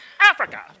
Africa